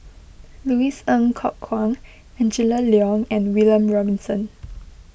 Louis Ng Kok Kwang Angela Liong and William Robinson